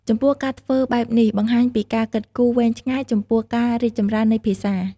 ចំពោះការធ្វើបែបនេះបង្ហាញពីការគិតគូរវែងឆ្ងាយចំពោះការរីកចម្រើននៃភាសា។